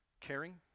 Caring